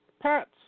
pets